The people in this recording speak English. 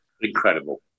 Incredible